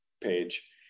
page